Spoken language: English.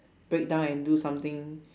break down and do something